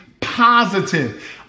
positive